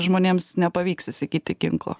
žmonėms nepavyks įsigyti ginklo